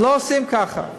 לא עושים ככה.